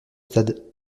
stade